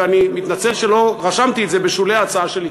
ואני מתנצל שלא רשמתי את זה בשולי ההצעה שלי,